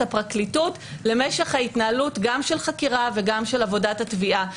הפרקליטות למשך ההתנהלות גם של חקירה וגם של עבודת התביעה,